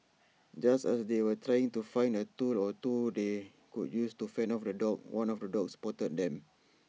just as they were trying to find A tool or two they could use to fend off the dogs one of the dogs spotted them